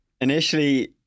initially